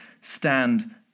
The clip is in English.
stand